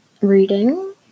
reading